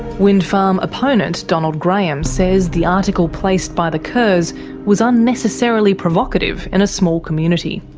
wind farm opponent donald graham says the article placed by the kerrs was unnecessarily provocative in a small community.